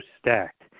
stacked